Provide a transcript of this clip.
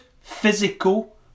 physical